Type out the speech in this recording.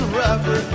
rougher